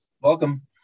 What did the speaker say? Welcome